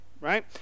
right